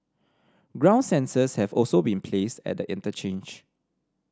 ground sensors have also been placed at the interchange